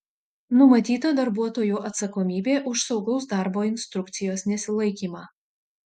numatyta darbuotojų atsakomybė už saugaus darbo instrukcijos nesilaikymą